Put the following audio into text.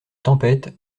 tempête